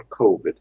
COVID